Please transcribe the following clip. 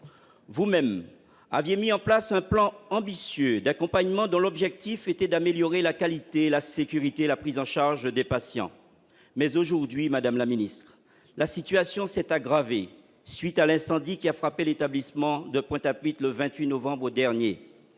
vous-même aviez mis en place un plan ambitieux d'accompagnement dont l'objectif était d'améliorer la qualité et la sécurité, la prise en charge des patients, mais aujourd'hui, Madame la Ministre, la situation s'est aggravée suite à l'incendie qui a frappé l'établissement de Pointe-à-Pitre le 28 novembre dernier